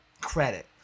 Credit